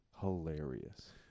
hilarious